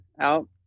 out